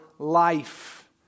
life